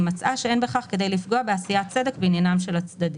אם מצאה שאין בכך כדי לפגוע בעשיית צדק בעניינם של הצדדים."